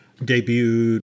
Debuted